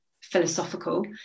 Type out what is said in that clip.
philosophical